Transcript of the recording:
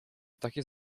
takie